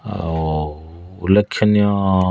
ଆଉ ଉଲ୍ଲେଖନୀୟ